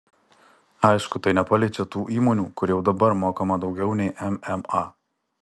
aišku tai nepaliečia tų įmonių kur jau dabar mokama daugiau nei mma